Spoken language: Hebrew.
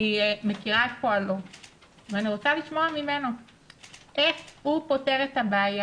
אני מכירה את פועלו ואני רוצה לשמוע ממנו איך הוא פותר את הבעיה,